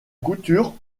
couture